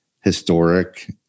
historic